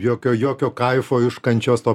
jokio jokio kaifo iš kančios to